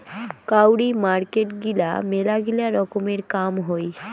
কাউরি মার্কেট গিলা মেলাগিলা রকমের কাম হই